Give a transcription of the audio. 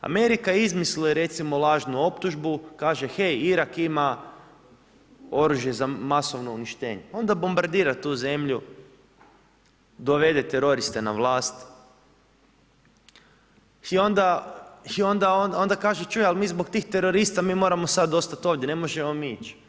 Amerika izmisli, recimo lažnu optužbu, kaže, hej Irak ima oružje za masovno uništenje, onda bombardira tu zemlju, dovede teroriste na vlast, i onda kaže, a čuj, mi zbog tih teroriste, mi moramo sada ostati ovdje, ne možemo mi ići.